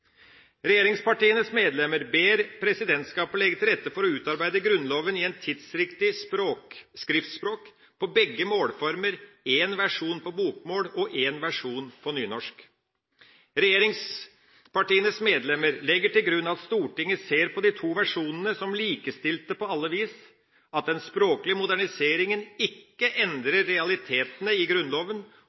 Regjeringspartienes medlemmer ber presidentskapet legge til rette for å utarbeide Grunnloven i et tidsriktig skriftspråk på begge målformer – én versjon på bokmål og én versjon på nynorsk. Regjeringspartienes medlemmer legger til grunn at Stortinget ser på de to versjonene som likestilte på alle vis, at den språklige moderniseringa ikke endrer realitetene i Grunnloven,